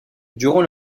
durant